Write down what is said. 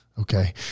Okay